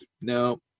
no